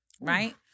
right